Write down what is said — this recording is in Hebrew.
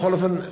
בכל אופן,